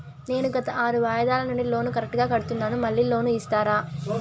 నేను గత ఆరు వాయిదాల నుండి లోను కరెక్టుగా కడ్తున్నాను, మళ్ళీ లోను ఇస్తారా?